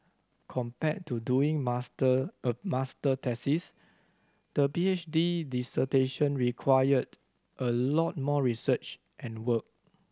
compared to doing master a master thesis the P H D dissertation required a lot more research and work